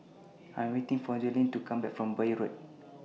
I Am waiting For Joellen to Come Back from Bury Road